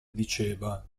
diceva